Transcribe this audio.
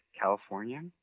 California